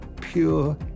pure